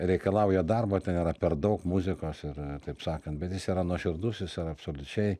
reikalauja darbo ten yra per daug muzikos ir taip sakant bet jis yra nuoširdus jis yra absoliučiai